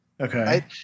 okay